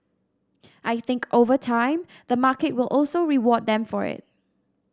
I think over time the market will also reward them for it